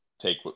take